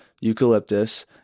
eucalyptus